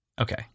Okay